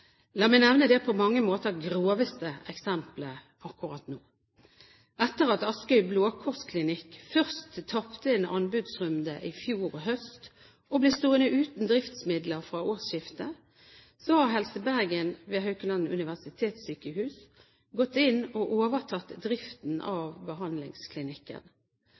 La meg nevne det på mange måter groveste eksemplet akkurat nå: Etter at Askøy Blå Kors Klinikk først tapte en anbudsrunde i fjor høst og ble stående uten driftsmidler fra årsskiftet, har Helse Bergen, ved Haukeland universitetssykehus, gått inn og overtatt driften av behandlingsklinikken.